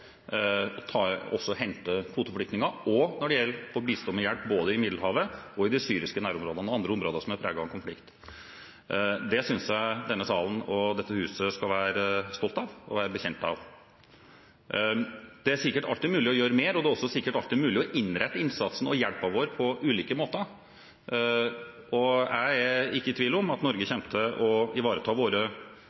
hente kvoteflyktninger og bistå med hjelp både i Middelhavet og i de syriske nærområdene og i andre områder som er preget av konflikt. Det synes jeg denne salen og dette huset skal være stolte av og være bekjent av. Det er sikkert alltid mulig å gjøre mer, og det er også sikkert alltid mulig å innrette innsatsen og hjelpen vår på ulike måter, og jeg er ikke i tvil om at Norge kommer til å ivareta